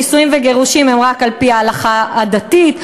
שנישואים וגירושים הם רק על-פי ההלכה הדתית,